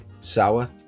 sour